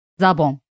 Zabon